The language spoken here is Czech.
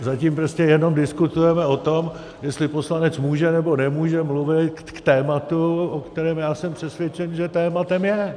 Tak zatím prostě jenom diskutujeme o tom, jestli poslanec může, nebo nemůže mluvit k tématu, o kterém já jsem přesvědčen, že tématem je.